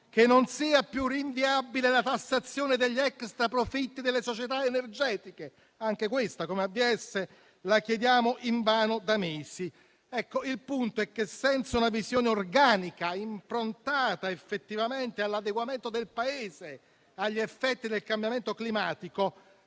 che non sia più rinviabile la tassazione degli extraprofitti delle società energetiche e anche questo noi di AVS lo chiediamo in vano da mesi. Il punto è che, senza una visione organica improntata effettivamente all'adeguamento del Paese agli effetti del cambiamento climatico,